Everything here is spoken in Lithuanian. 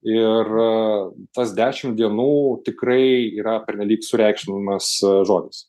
ir tas dešim dienų tikrai yra pernelyg sureikšminamas žodis